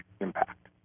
impact